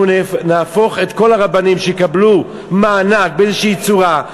אנחנו נהפוך את כל הרבנים שיקבלו מענק באיזושהי צורה,